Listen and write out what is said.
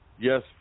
Yes